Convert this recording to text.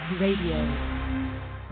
Radio